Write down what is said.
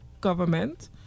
government